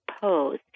pose